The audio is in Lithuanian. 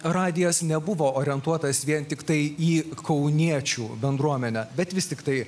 radijas nebuvo orientuotas vien tiktai į kauniečių bendruomenę bet vis tiktai